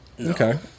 Okay